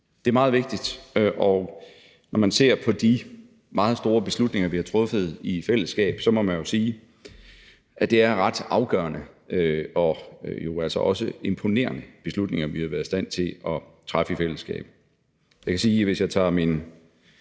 Det er meget vigtigt. Når man ser på de meget store beslutninger, vi har truffet i fællesskab, så må man jo sige, at det er nogle ret afgørende og jo altså også imponerende beslutninger, vi har været i stand til at træffe i fællesskab. Hvis jeg tager min,